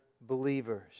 believers